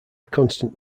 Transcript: constant